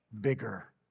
bigger